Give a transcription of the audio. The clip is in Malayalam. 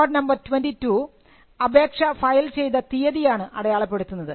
കോഡ് നമ്പർ 22 അപേക്ഷ ഫയൽ ചെയ്ത തീയതി ആണ് അടയാളപ്പെടുത്തുന്നത്